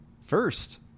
first